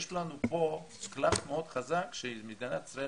יש לנו פה קלף מאוד חזק שמדינת ישראל